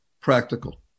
practical